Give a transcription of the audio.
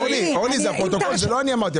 אורלי, זה הפרוטוקול, לא אני אמרתי.